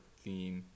theme